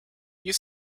you